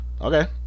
okay